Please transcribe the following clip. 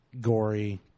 gory